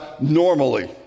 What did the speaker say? normally—